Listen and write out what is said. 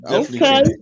okay